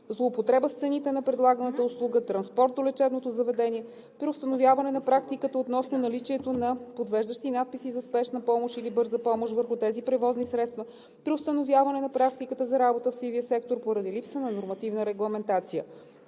злоупотреба с цените на предлаганата услуга – транспорт до лечебно заведение; преустановяване на практиката относно наличието на подвеждащи надписи за „Спешна помощ“ или „Бърза помощ“ върху тези превозни средства; преустановяване на практиката за работа в сивия сектор поради липса на нормативна регламентация.